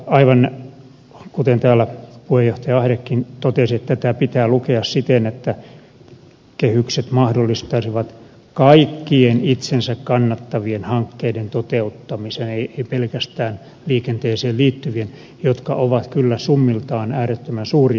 aivan kuten täällä puheenjohtaja ahdekin totesi tätä pitää lukea siten että kehykset mahdollistaisivat kaikkien itsensä kannattavien hankkeiden toteuttamisen ei pelkästään liikenteeseen liittyvien jotka ovat kyllä summiltaan äärettömän suuria